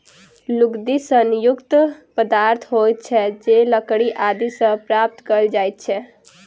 लुगदी सन युक्त पदार्थ होइत छै जे लकड़ी आदि सॅ प्राप्त कयल जाइत छै